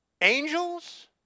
Angels